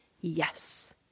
Yes